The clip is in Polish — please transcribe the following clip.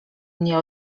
mnie